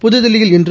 புத்தில்லியில் இன்று